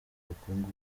bukungu